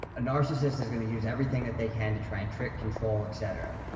a narcissist is going to use everything that they can to try and trick, control, et cetera.